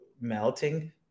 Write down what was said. melting